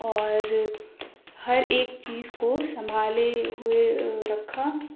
اور ہر ایک چیز کو سنبھالے ہوئے رکھا